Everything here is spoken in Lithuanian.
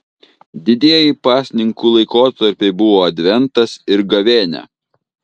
didieji pasninkų laikotarpiai buvo adventas ir gavėnia